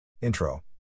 Intro